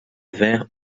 vingt